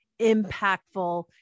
impactful